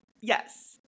yes